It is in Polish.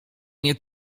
nie